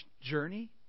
journey